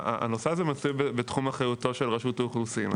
הנושא הזה מצוי בתחום אחריותה של רשות האוכלוסין.